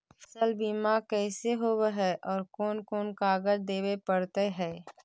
फसल बिमा कैसे होब है और कोन कोन कागज देबे पड़तै है?